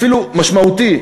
אפילו משמעותי,